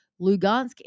Lugansk